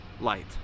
light